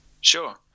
Sure